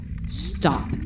stop